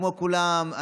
כמו כולם,